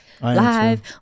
live